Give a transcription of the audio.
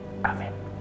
Amen